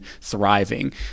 thriving